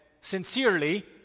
sincerely